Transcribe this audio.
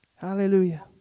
Hallelujah